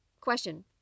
question